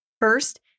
First